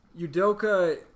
Udoka